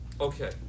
Okay